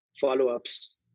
follow-ups